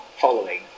following